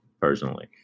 personally